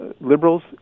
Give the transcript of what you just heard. liberals